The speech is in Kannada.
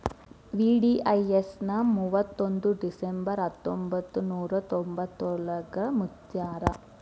ವಿ.ಡಿ.ಐ.ಎಸ್ ನ ಮುವತ್ತೊಂದ್ ಡಿಸೆಂಬರ್ ಹತ್ತೊಂಬತ್ ನೂರಾ ತೊಂಬತ್ತಯೋಳ್ರಾಗ ಮುಚ್ಚ್ಯಾರ